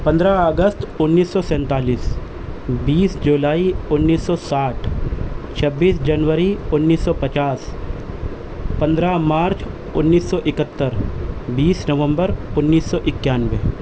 پندرہ اگست انیس سو سینتالیس بیس جولائی انیس سو ساٹھ چھبیس جنوری انیس سو پچاس پندرہ مارچ انیس سو اکہتر بیس نومبر انیس سو اکیانوے